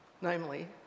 namely